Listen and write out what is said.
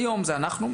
היום זה אנחנו,